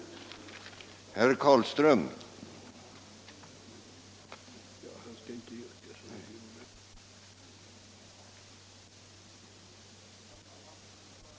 213 postverket